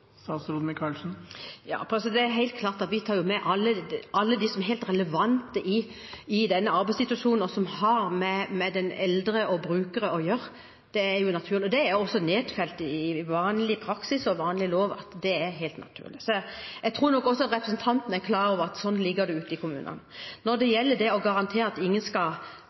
det er helt klart: Vi tar med alle de som er helt relevante i denne arbeidssituasjonen, og som har med de eldre og brukere å gjøre – det er også nedfelt i vanlig praksis og lov, det er helt naturlig. Jeg tror nok også at representanten er klar over at sånn ligger det an ute i kommunene. Når det gjelder det å garantere at ingen brukere som har behov, skal